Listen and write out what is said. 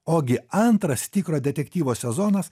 ogi antras tikro detektyvo sezonas